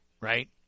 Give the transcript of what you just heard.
right